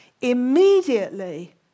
Immediately